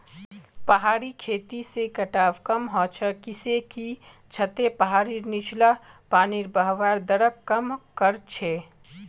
पहाड़ी खेती से कटाव कम ह छ किसेकी छतें पहाड़ीर नीचला पानीर बहवार दरक कम कर छे